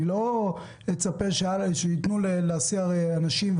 אני לא אצפה שייתנו להסיע אנשים,